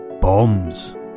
Bombs